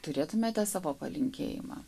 turėtumėte savo palinkėjimą